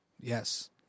yes